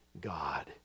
God